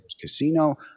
Casino